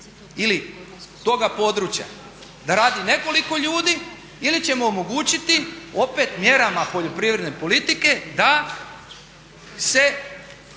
ili toga područja da radi nekoliko ljudi ili ćemo omogućiti opet mjerama poljoprivredne politike da se